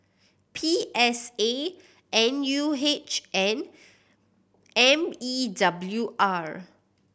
P S A N U H and M E W R